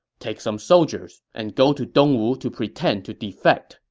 take some soldiers and go to dong wu to pretend to defect,